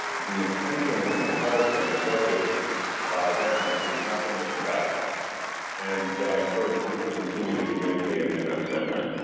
the intentions and the heart and the focus by them is nothing but the best and that i encourage people to continue to communicate in that same way.